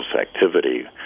activity